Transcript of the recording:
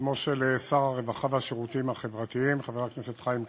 בשמו של שר הרווחה והשירותים החברתיים חבר הכנסת חיים כץ,